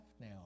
now